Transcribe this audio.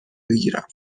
بگیرم